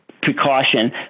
precaution